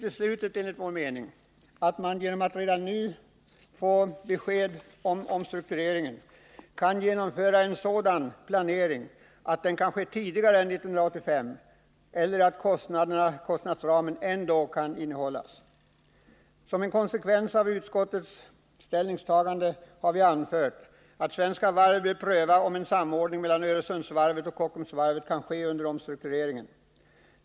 Enligt vår åsikt är det inte uteslutet att man redan nu, efter besked om omstruktureringen, kan genomföra en sådan planering att omstruktureringen kan ske tidigare än 1985 och att kostnadsramen ändå kan hållas. Som en konsekvens av utskottets ställningstagande har vi föreslagit att Svenska Varv bör pröva om en samordning mellan Öresundsvarvet och Kockumsvarvet kan ske under omstruktureringen.